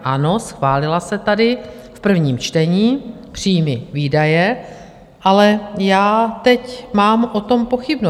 Ano, schválila se tady v prvním čtení, příjmy výdaje, ale já teď mám o tom pochybnost.